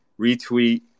Retweet